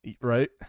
Right